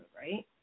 right